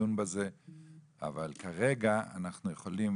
לדון בזה, אבל כרגע אנחנו יכולים